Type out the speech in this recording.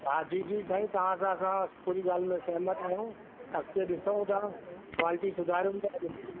हा जी जी साईं तव्हां सां पूरी ॻाल्हि में सहमत आहियूं अॻिते ॾिसूं था क्वालिटी सुधारियूं था